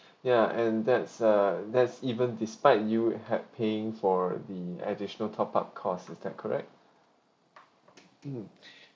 ya and that's uh that's even despite you had paying for the additional top up cost is that correct mm